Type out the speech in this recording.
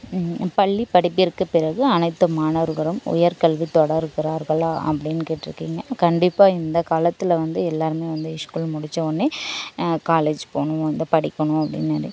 பள்ளி படிப்பிற்கு பிறகு அனைத்து மாணவர்களும் உயர்கல்வி தொடர்கிறார்களா அப்படினு கேட்டுருக்கீங்க கண்டிப்பாக இந்த காலத்தில் வந்து எல்லோருமே வந்து இஷ்ஸ்கூல் முடித்த வோன்னே காலேஜ் போகணும் படிக்கணும்